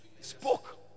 Spoke